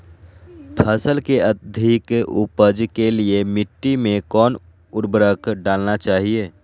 फसल के अधिक उपज के लिए मिट्टी मे कौन उर्वरक डलना चाइए?